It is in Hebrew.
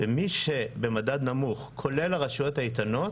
מי שבמדד נמוך, כולל הרשויות האיתנות,